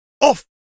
off